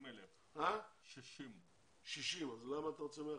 60,000. אז למה אתה רוצה 150?